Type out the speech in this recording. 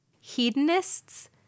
hedonists